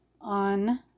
on